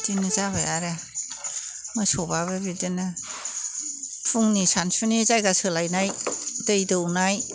बिदिनो जाबाय आरो मोसौबाबो बिदिनो फुंनि सानसुनि जायगा सोलायनाय दै दौनाय